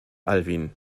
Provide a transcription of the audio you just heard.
alwin